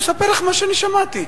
אני מספר לך מה שאני שמעתי.